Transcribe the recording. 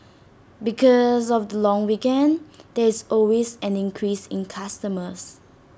because of the long weekend there is always an increase in customers